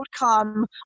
outcome